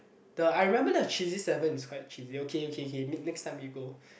the I remember the cheesy seven is quite cheesy okay okay okay next time we go